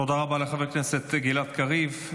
תודה רבה לחבר הכנסת גלעד קריב.